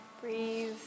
Breathe